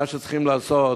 מה שצריכים לעשות,